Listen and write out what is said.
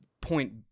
point